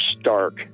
stark